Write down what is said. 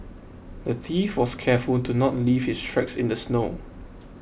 the thief was careful to not leave his tracks in the snow